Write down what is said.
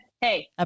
Hey